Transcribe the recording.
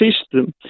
system